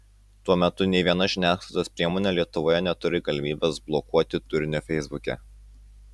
tuo metu nei viena žiniasklaidos priemonė lietuvoje neturi galimybės blokuoti turinio feisbuke